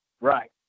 Right